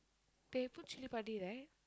they put chilli-padi right